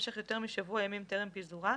במשך יותר משבוע ימים טרם פיזורה,